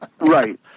Right